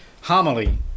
homily